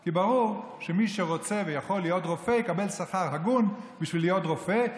כי ברור שמי שרוצה ויכול להיות רופא יקבל שכר הגון בשביל ליד רופא,